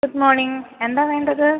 good morning എന്താണ് വേണ്ടത്